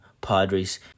Padres